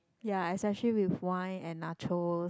ya especially with wine and nachos